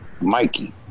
Mikey